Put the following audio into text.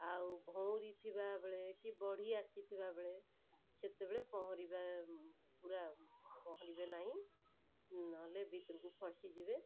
ଆଉ ଭଉଁରୀ ଥିବାବେଳେ କି ବଢ଼ି ଆସିଥିବାବେଳେ ସେତେବେଳେ ପହଁରିବା ପୂରା ପହଁରିବେ ନାହିଁ ନହେଲେ ଭିତରକୁ ଫସିଯିବେ